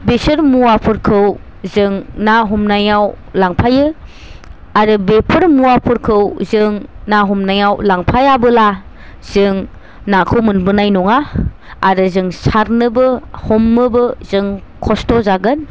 बिसोर मुवाफोरखौ जों ना हमनायाव लांफायो आरो बेफोर मुवाफोरखौ जों ना हमनायाव लांफायाबोला जों नाखौ मोनबोनाय नङा आरो जों सारनोबो हमनोबो जों खस्थ' जागोन